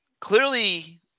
clearly